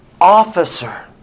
officer